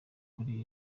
kuri